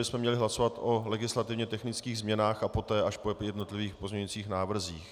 Nejprve bychom měli hlasovat o legislativně technických změnách, poté až o jednotlivých pozměňujících návrzích.